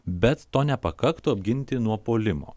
bet to nepakaktų apginti nuo puolimo